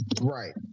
right